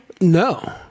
No